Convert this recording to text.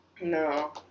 No